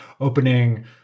opening